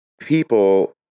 people